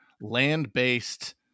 land-based